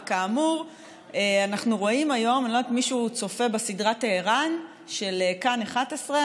וכאמור אנחנו רואים היום מישהו צופה בסדרה טהרן של כאן 11?